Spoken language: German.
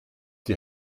die